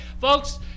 Folks